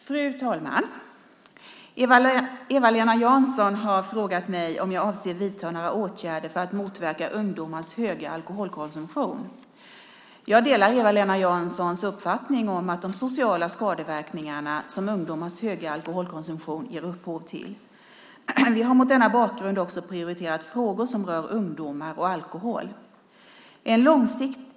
Fru talman! Eva-Lena Jansson har frågat mig om jag avser att vidta några åtgärder för att motverka ungdomars höga alkoholkonsumtion. Jag delar Eva-Lena Janssons uppfattning om de sociala skadeverkningar som ungdomars höga alkoholkonsumtion ger upphov till. Vi har mot denna bakgrund också prioriterat frågor som rör ungdomar och alkohol.